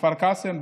בכפר קאסם,